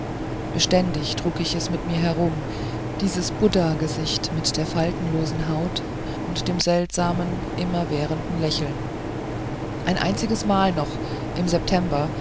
beständig trug ich es in mir herum dieses buddhagesicht mit der faltenlosen haut und dem seltsamen immerwährenden lächeln ein einziges mal noch im september